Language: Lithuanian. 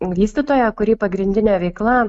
vystytoją kurio pagrindinė veikla